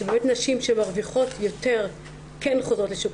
שנשים שמרוויחות יותר כן חוזרות לשוק